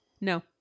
No